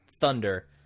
thunder